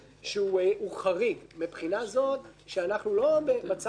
שיש פה משהו שהוא חריג מבחינה זו שאנחנו לא במצב רגיל,